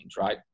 right